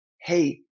hey